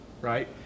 Right